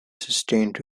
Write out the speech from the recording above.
sustained